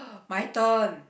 my turn